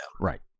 Right